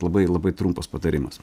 labai labai trumpas patarimas